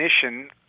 definition –